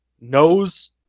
knows